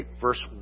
verse